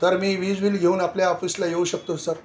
तर मी वीज बिल घेऊन आपल्या ऑफिसला येऊ शकतो सर